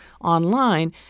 online